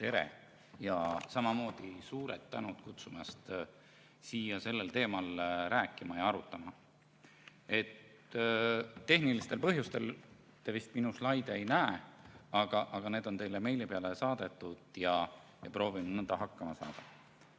Tere! Ja samamoodi suur tänu kutsumast siia sellel teemal rääkima ja arutama. Tehnilistel põhjustel te vist minu slaide ei näe, aga need on teile meili peale saadetud ja proovime nõnda hakkama saada.